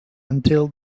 until